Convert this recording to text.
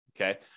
okay